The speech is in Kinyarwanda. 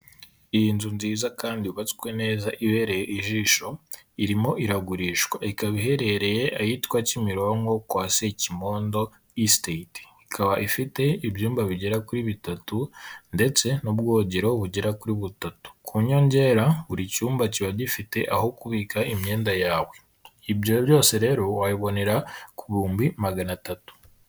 Iyi nzu nziza kandi yubatswe neza ibereye ijisho, irimo iragurishwa. Ikaba iherereye ahitwa Kimironko kwa Sekimondo estate. Ikaba ifite ibyumba bigera kuri bitatu ndetse n'ubwogero bugera kuri butatu ku nyongera buri cyumba kiba gifite aho kubika imyenda yawe. Ibyo byose rero wayibonera ku bihumbi magana atatu.